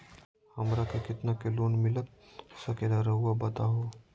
हमरा के कितना के लोन मिलता सके ला रायुआ बताहो?